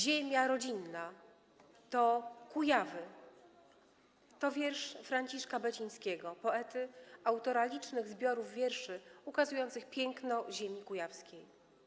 Ziemia rodzinna, to Kujawy!” - to wiersz Franciszka Becińskiego, poety, autora licznych zbiorów wierszy ukazujących piękno ziemi kujawskiej.